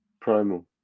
Primal